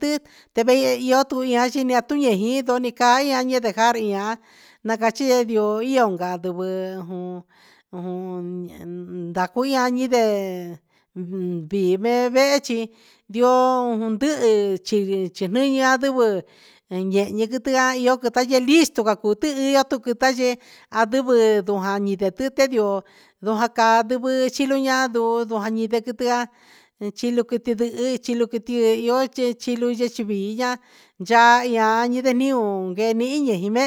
ti quiti yehe iyo tu tundoho ni caa ihya ni dejar ihya nacahi yee tio ti iyo ca ndivɨ ndacu iha ni ndee in vee vee chi ndioo chi ndihi ivi adivɨ e e quitian iyo listu cua cuu tiho tucu tayee andivɨ tujaa ni tisehe ndioo jacaa andivɨ cha chinu a luu ndihi ha quitian chilu quiti ndihi chilu quiti sihi chilu quiti yii yaa ni na niun guee ne.